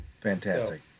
Fantastic